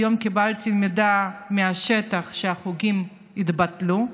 והיום קיבלתי מידע מהשטח שהחוגים התבטלו.